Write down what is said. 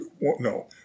no